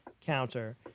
counter